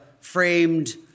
framed